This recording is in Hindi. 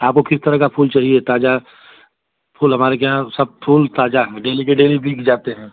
आपको किस तरह का फूल चाहिए ताज़ा फूल हमारे के यहाँ सब फूल ताज़ा डेली के डेली बिक जाते है